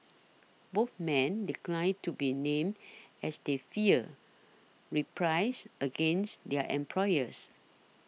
both men declined to be named as they feared reprisals against their employers